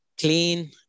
clean